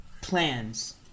plans